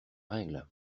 règle